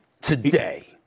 today